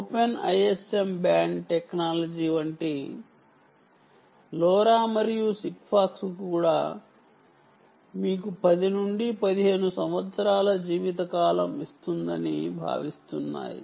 open time 2044 open ISM band technologies వంటి LoRa మరియు Sigfox కు కూడా మీకు 10 నుండి 15 సంవత్సరాల జీవితకాలం ఇస్తుందని భావిస్తున్నారు